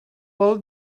all